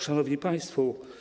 Szanowni Państwo!